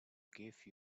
gave